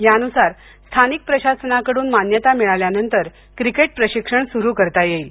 यानुसार स्थानिक प्रशासनाकडून मान्यता मिळाल्यानंतर क्रिकेट प्रशिक्षण सुरु करता येईल